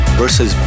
versus